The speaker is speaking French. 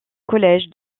collège